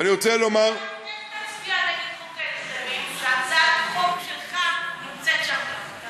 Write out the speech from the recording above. איך, להגיד חוק ההסדרים, הצעת חוק שלך נמצאת שם.